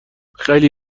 خیلی